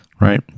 Right